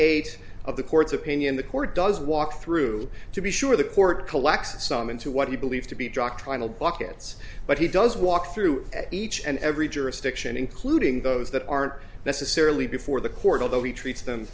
eight of the court's opinion the court does walk through to be sure the court collects it some into what we believe to be drug trial buckets but he does walk through each and every jurisdiction including those that aren't necessarily before the court although he treats them